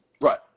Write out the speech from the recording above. Right